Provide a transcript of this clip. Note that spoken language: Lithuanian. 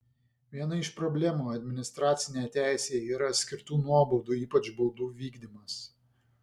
viena iš problemų administracinėje teisėje yra skirtų nuobaudų ypač baudų vykdymas